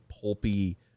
pulpy